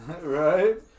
Right